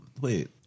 wait